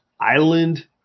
Island